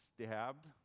stabbed